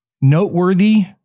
noteworthy